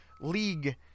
league